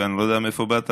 ואני לא יודע מאיפה באת,